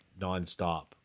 nonstop